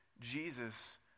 Jesus